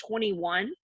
21